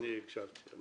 תן לי, אני הקשבתי לך.